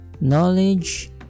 Knowledge